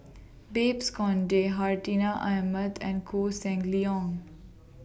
Babes Conde Hartinah Ahmad and Koh Seng Leong